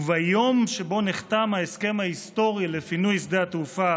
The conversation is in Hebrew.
ביום שבו נחתם ההסכם ההיסטורי לפינוי שדה התעופה